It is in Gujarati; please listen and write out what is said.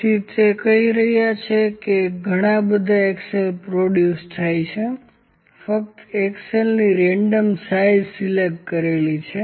તેથી તેઓ કહી રહ્યા છે કે ઘણાબધા એક્સેલ્સ પ્રોડ્યુસ થાય છે ફક્ત એક્સેલ્સની રેન્ડમ સાઇઝ સિલેક્ટ કરી છે